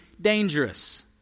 dangerous